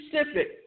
specific